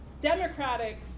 democratic